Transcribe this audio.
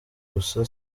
gusa